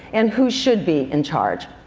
and who should be in charge?